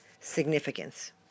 significance